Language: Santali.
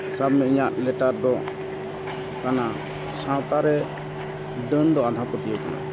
ᱥᱟᱵ ᱢᱮ ᱤᱧᱟᱹᱜ ᱞᱮᱴᱟᱨ ᱫᱚ ᱠᱟᱱᱟ ᱥᱟᱶᱛᱟᱨᱮ ᱰᱟᱹᱱ ᱫᱚ ᱟᱸᱫᱷᱟ ᱯᱟᱹᱛᱭᱟᱹᱣ ᱠᱟᱱᱟ